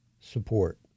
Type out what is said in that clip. support